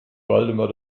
waldemar